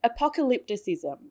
Apocalypticism